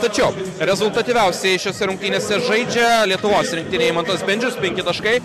tačiau rezultatyviausiai šiose rungtynėse žaidžia lietuvos rinktinė eimantas bendžius penki taškai